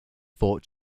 fought